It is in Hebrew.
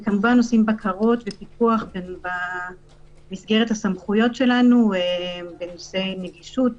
וכמובן עושים בקרות ופיקוח במסגרת הסמכויות שלנו בנושא נגישות